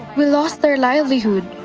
we lost our livelihood.